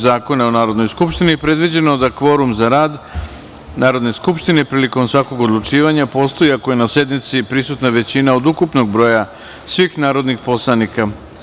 Zakona o Narodnoj skupštini predviđeno da kvorum za rad Narodne skupštine prilikom svakog odlučivanja postoji ako je na sednici prisutna većina od ukupnog broja svih narodnih poslanika.